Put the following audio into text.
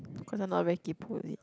cause I not a very kaypo is it